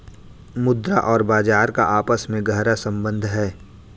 मुद्रा और बाजार का आपस में गहरा सम्बन्ध है